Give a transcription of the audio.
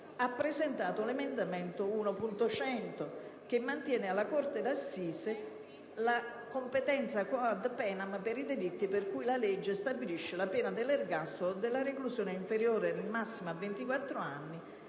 ha presentato l'emendamento 1.100 che mantiene alla corte d'assise la competenza *quoad poenam* per i delitti per i quali la legge stabilisce la pena dell'ergastolo o della reclusione non inferiore nel massimo a 24 anni,